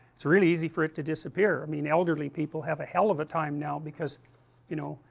it's really easy for it to disappear, i mean elderly people have a hell of a time now because you know,